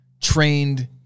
trained